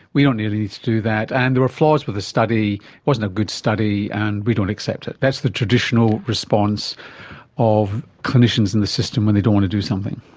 we don't really need to do that. and there were flaws with the study, it wasn't a good study and we don't accept it. that's the traditional response of clinicians in the system when they don't want to do something.